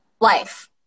life